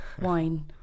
wine